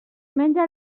menja